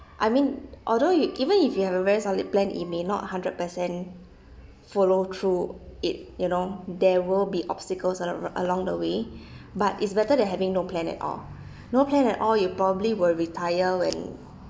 I mean although you even if you have a very solid plan it may not hundred percent follow through it you know there will be obstacles alo~ along the way but it's better than having no plan at all no plan at all you probably will retire when